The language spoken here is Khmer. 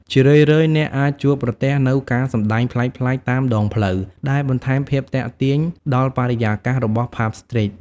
ជារឿយៗ អ្នកអាចជួបប្រទះនូវ ការសម្ដែងប្លែកៗតាមដងផ្លូវ ដែលបន្ថែមភាពទាក់ទាញដល់បរិយាកាសរបស់ ផាប់ ស្ទ្រីត ។